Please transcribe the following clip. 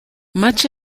much